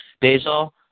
Basil